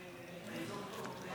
אני פה.